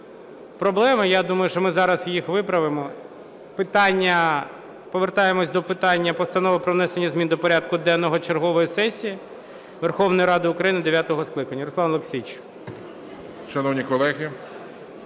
проблеми. Я думаю, що ми зараз їх виправимо. Повертаємось до питання Постанови про внесення змін до порядку денного чергової сесії Верховної Ради України дев'ятого скликання. Руслан Олексійович.